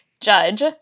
Judge